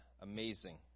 amazing